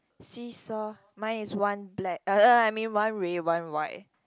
seesaw mine is one black uh I mean one red one white